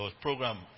program